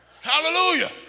Hallelujah